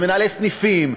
ומנהלי סניפים,